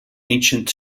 ancient